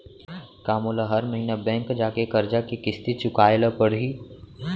का मोला हर महीना बैंक जाके करजा के किस्ती चुकाए ल परहि?